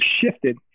shifted